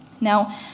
Now